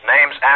Name's